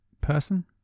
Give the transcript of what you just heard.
person